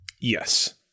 Yes